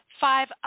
five